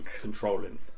controlling